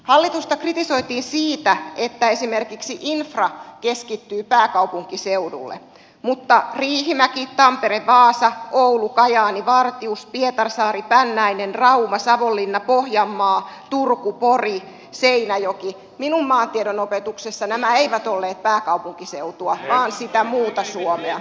hallitusta kritisoitiin siitä että esimerkiksi infra keskittyy pääkaupunkiseudulle mutta riihimäki tampere vaasa oulu kajaani vartius pietarsaari pännäinen rauma savonlinna pohjanmaa turku pori seinäjoki eivät minun maantiedon opetuksessani olleet pääkaupunkiseutua vaan sitä muuta suomea